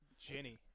Jenny